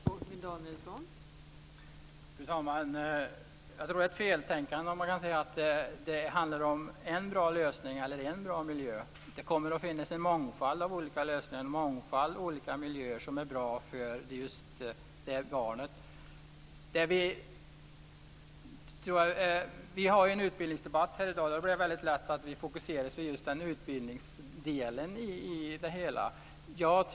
Fru talman! Jag tror att det är ett feltänkande om man menar att det handlar om en bra lösning eller en bra miljö. Det kommer att finnas en mångfald av olika lösningar och olika miljöer som är bra just för ett visst barn. Vi har i dag en utbildningsdebatt, och det blir då lätt att vi fokuserar just på utbildningsdelen.